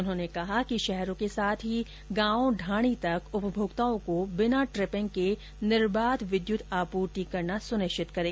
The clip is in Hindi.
उन्होंने कहा कि शहरों के साथ ही गांव ढाणी तक उपभोक्ताओं को बिना ट्रिपिंग के निर्बाध विद्युत आपूर्ति करना सुनिश्चित करें